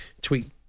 tweet